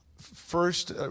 First